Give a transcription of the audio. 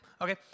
Okay